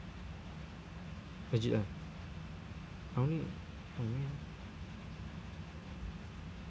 legit ah i only oh man